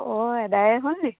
অঁ এদায়ে হ'ল নেকি